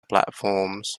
platforms